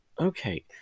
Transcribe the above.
okay